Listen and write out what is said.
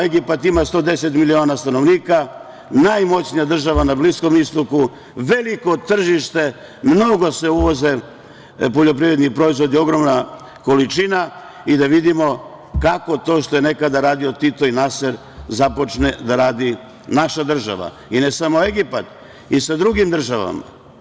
Egipat ima 110 miliona stanovnika, najmoćnija država na Bliskom istoku, veliko tržište, mnogo se uvoze poljoprivredni proizvodi, ogromna količina i da vidimo kako to što je nekada radio Tito i Naser započne da radi naša država, i ne samo Egipat, i sa drugim državama.